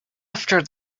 after